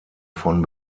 von